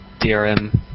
DRM